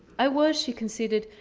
i was, she conceded.